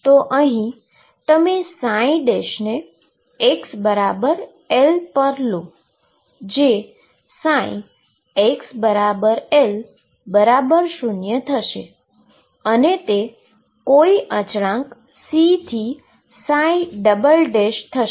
તો તમે ને xL પર લો જે ψ x L 0 થશે અને તે કોઈ અચળાંક C થી થશે